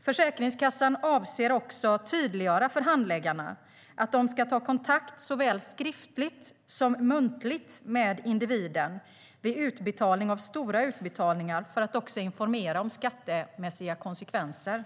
Försäkringskassan avser också att tydliggöra för handläggarna att de ska ta kontakt såväl skriftligt som muntligt med individen vid utbetalning av stora utbetalningar för att informera om skattemässiga konsekvenser.